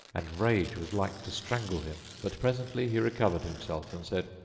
and rage was like to strangle him but presently he recovered himself and said,